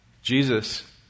Jesus